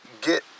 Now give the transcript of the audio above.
get